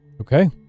okay